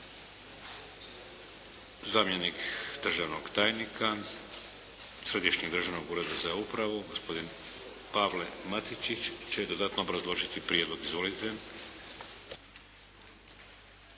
Zamjenik državnog tajnika Središnjeg državnog ureda za upravu, gospodin Pavle Matičić će dodatno obrazložiti prijedlog. Izvolite.